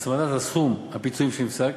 הצמדת סכום הפיצויים שנפסק,